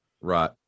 Right